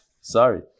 Sorry